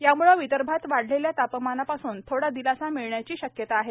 यामुळे विदर्भात वाढलेल्या तापमानापासून थोडा दिलासा मिळण्याची शक्यता आहे